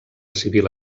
civil